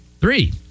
Three